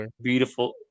beautiful